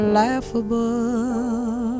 laughable